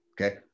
Okay